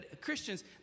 Christians